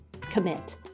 commit